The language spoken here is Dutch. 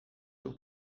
toe